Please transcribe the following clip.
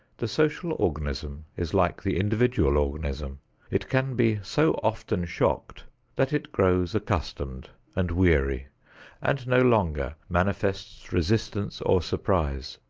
the social organism is like the individual organism it can be so often shocked that it grows accustomed and weary and no longer manifests resistance or surprise.